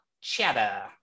chatter